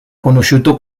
conosciuto